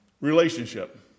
Relationship